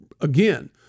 again